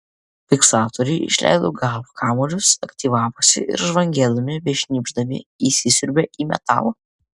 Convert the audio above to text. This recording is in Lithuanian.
fiksatoriai išleido garo kamuolius aktyvavosi ir žvangėdami bei šnypšdami įsisiurbė į metalą